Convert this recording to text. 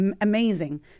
Amazing